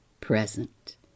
present